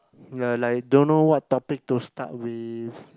the like don't know what topic to start with